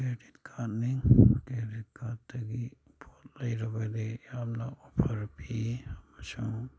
credit ꯀꯥꯔꯠꯅꯤ credit ꯀꯥꯔꯠꯇꯒꯤ ꯄꯣꯠ ꯂꯩꯔꯕꯗꯤ ꯌꯥꯝꯅ ꯑꯣꯐꯔ ꯄꯤ ꯑꯃꯁꯨꯡ